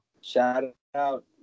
Shout-out